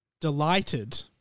delighted